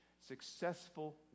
successful